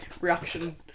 reaction